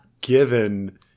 given